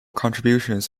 contributions